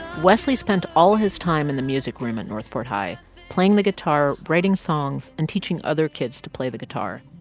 wesley spent all his time in the music room at north port high playing the guitar, writing songs and teaching other kids to play the guitar.